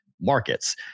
markets